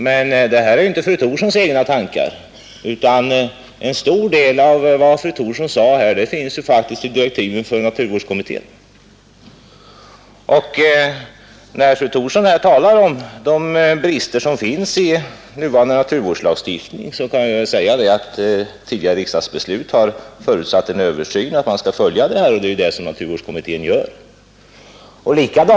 Men det är ju inte fru Thorssons egna tankar, utan en stor del av vad fru Thorsson sade här finns faktiskt i direktiven till naturvårdskommittén. Då fru Thorsson talar om de brister som finns i nuvarande naturvårdslagstiftning kan jag erinra om att tidigare riksdagsbeslut har förutsatt en översyn, att man skall följa denna fråga, och det är det som naturvårdskommittén gör.